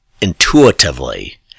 intuitively